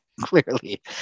clearly